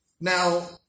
Now